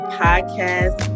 podcast